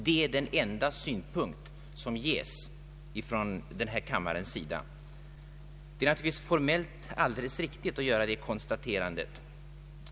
Det kan naturligtvis formellt vara riktigt att göra det konstaterande som herr Svensson här gjorde.